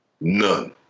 none